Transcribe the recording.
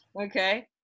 Okay